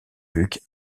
luc